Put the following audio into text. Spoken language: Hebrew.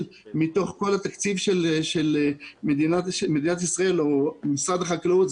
מתוך כל התקציב של מדינת ישראל או משרד החקלאות,